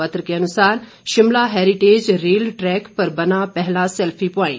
पत्र के अनुसार शिमला हेरिटेज रेल ट्रैक पर बना पहला सेल्फी प्वाइंट